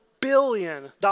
billion